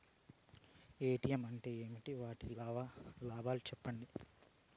ATM అంటే ఏమి? వాటి లాభాలు సెప్పండి